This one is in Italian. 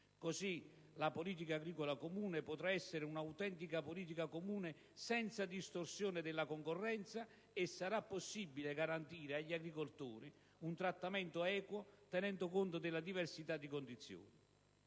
Così la PAC potrà essere un'autentica politica comune, senza distorsione della concorrenza, e sarà possibile garantire agli agricoltori un trattamento equo, tenendo conto della diversità di condizioni.